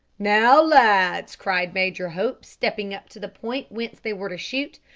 now, lads, cried major hope, stepping up to the point whence they were to shoot,